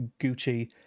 Gucci